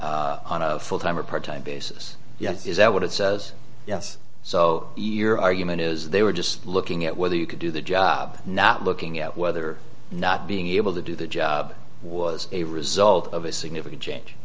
on a full time or part time basis is that what it says yes so your argument is they were just looking at whether you could do the job not looking at whether or not being able to do the job was a result of a significant change